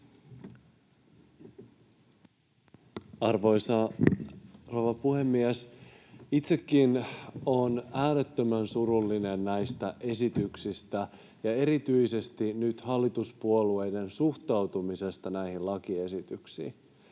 rouva puhemies! Itsekin olen äärettömän surullinen näistä esityksistä ja erityisesti nyt hallituspuolueiden suhtautumisesta näihin lakiesityksiin.